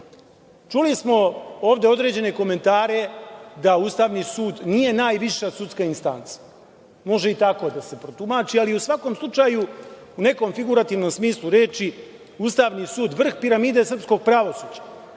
suda. Čuli smo ovde određene komentare da Ustavni sud nije najviša sudska instanca. Može i tako da se protumači, ali u svakom slučaju, u nekom figurativnom smislu reči, Ustavni sud je vrh piramide srpskog pravosuđa.